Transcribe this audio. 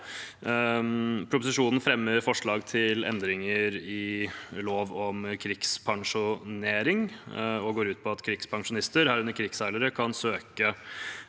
Proposisjonen fremmer forslag til endringer i lov om krigspensjonering og går ut på at krigspensjonister, herunder krigsseilere, kan søke